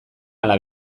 ala